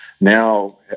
Now